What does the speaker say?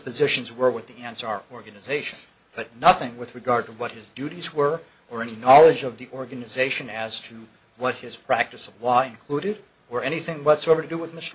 positions were with the answer our organization but nothing with regard to what his duties were or any knowledge of the organization as to what his practice of law included were anything whatsoever to do with m